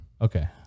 Okay